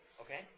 Okay